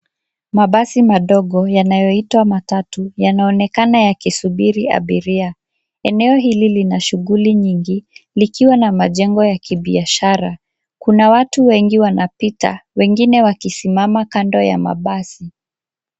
Mabasi madogo yanayoitwa matatu yanaonekana yakisubiri abiria. Eneo hili lina shughuli nyingi likiwa na majengo ya kibiashara. Kuna watu wengi wanapita, wengine wakisimama kando ya mabasi.